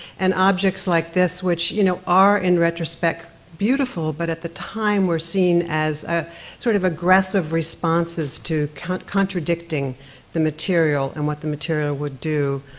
and objects like this, which, you know, are in retrospect beautiful, but at the time were seen as ah sort of aggressive responses to contradicting the material and what the material would do,